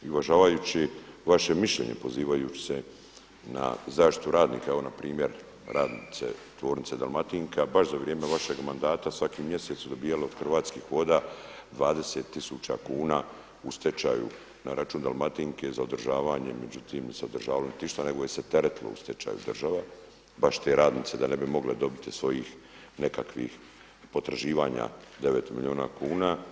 I uvažavajući vaše mišljenje, pozivajući se na zaštitu radnika, evo na primjer radnice tvornice Dalmatinka baš za vrijeme vašeg mandata svaki mjesec su dobivale od Hrvatskih voda 20 tisuća kuna u stečaju na račun Dalmatinke za održavanje, međutim nije se održavalo niti ništa nego je se teretilo u stečaju država, baš te radnice da ne bi mogle dobiti svojih nekakvih potraživanja 9 milijuna kuna.